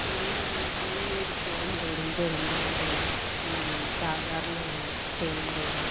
என்னுடைய தேநீர் செயல்முறை வந்து ரொம்ப ரொம்ப சாதாரண செயல்முறை தான்